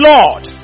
Lord